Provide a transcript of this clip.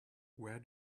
where